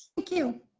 thank you.